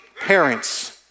parents